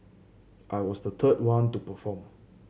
I was the third one to perform